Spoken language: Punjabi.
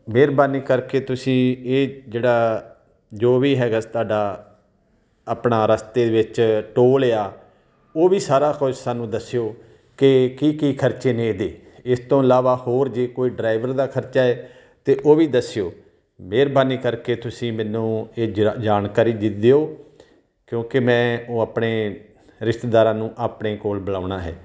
ਮਿਹਰਬਾਨੀ ਕਰਕੇ ਤੁਸੀਂ ਇਹ ਜਿਹੜਾ ਜੋ ਵੀ ਹੈਗਾ ਸੀ ਤੁਹਾਡਾ ਆਪਣਾ ਰਸਤੇ ਦੇ ਵਿੱਚ ਟੋਲ ਆ ਉਹ ਵੀ ਸਾਰਾ ਕੁਛ ਸਾਨੂੰ ਦੱਸਿਓ ਕਿ ਕੀ ਕੀ ਖਰਚੇ ਨੇ ਇਹਦੇ ਇਸ ਤੋਂ ਇਲਾਵਾ ਹੋਰ ਜੇ ਕੋਈ ਡਰਾਈਵਰ ਦਾ ਖਰਚਾ ਹੈ ਤੇ ਉਹ ਵੀ ਦੱਸਿਓ ਮਿਹਰਬਾਨੀ ਕਰਕੇ ਤੁਸੀਂ ਮੈਨੂੰ ਇਹ ਜਾ ਜਾਣਕਾਰੀ ਦੇ ਦਿਓ ਕਿਉਂਕਿ ਮੈਂ ਉਹ ਆਪਣੇ ਰਿਸ਼ਤੇਦਾਰਾਂ ਨੂੰ ਆਪਣੇ ਕੋਲ ਬੁਲਾਉਣਾ ਹੈ